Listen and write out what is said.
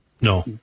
no